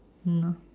!hannor!